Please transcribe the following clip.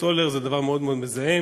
סולר זה דבר מאוד מאוד מזהם,